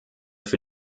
für